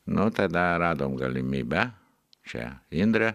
nu tada radom galimybę čia indrė